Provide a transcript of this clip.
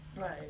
Right